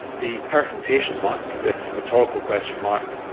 the percontation mark, this rhetorical question mark,